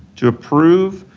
to approve